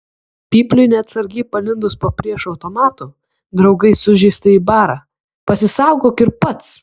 pypliui neatsargiai palindus po priešo automatu draugai sužeistąjį bara pasisaugok ir pats